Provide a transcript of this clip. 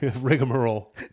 rigmarole